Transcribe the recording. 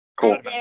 Cool